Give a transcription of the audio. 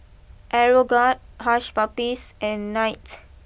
Aeroguard Hush Puppies and Knight